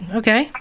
okay